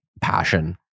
passion